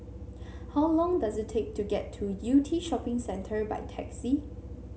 how long does it take to get to Yew Tee Shopping Centre by taxi